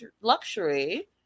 luxury